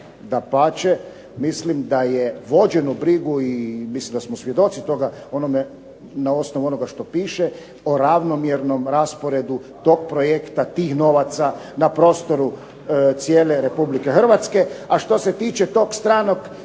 Mislim da je vođeno brigu i da smo svjedoci toga na osnovu onoga što piše o ravnomjernom rasporedu toga projekta, tih novaca, na prostoru cijele Republike Hrvatske. A što se tiče tog stranog